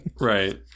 Right